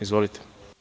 Izvolite.